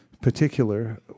particular